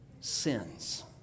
sins